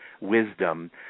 wisdom